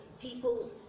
people